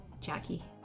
Jackie